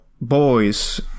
boys